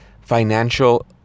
financial